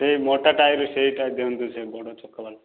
ସେ ମୋଟା ଟାୟାର୍ ସେଇଟା ଦିଅନ୍ତୁ ସେ ବଡ଼ ଚକ ଵାଲା